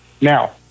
Now